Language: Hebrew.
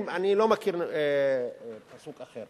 אני לא מכיר פסוק אחר